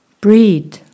Breathe